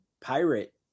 pirate